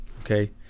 okay